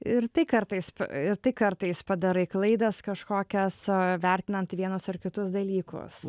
ir tai kartais ir tai kartais padarai klaidas kažkokias vertinant vienus ar kitus dalykus